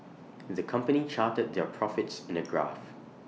the company charted their profits in A graph